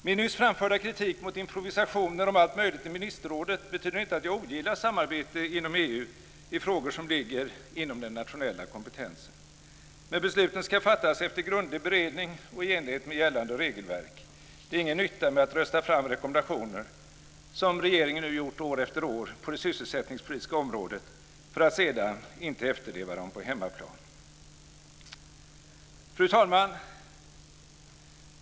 Min nyss framförda kritik mot improvisationer om allt möjligt i ministerrådet betyder inte att jag ogillar samarbete inom EU i frågor som ligger inom den nationella kompetensen. Men besluten ska fattas efter grundlig beredning och i enlighet med gällande regelverk. Det är ingen nytta med att rösta fram rekommendationer, som regeringen nu gjort år efter år på det sysselsättningspolitiska området, för att sedan inte efterleva dem på hemmaplan. Fru talman!